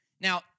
Now